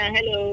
Hello